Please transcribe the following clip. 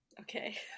Okay